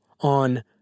on